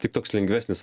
tik toks lengvesnis